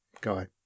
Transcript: guy